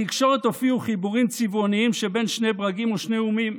בתקשורת הופיעו חיבורים צבעוניים שבין שני ברגים או שני אומים,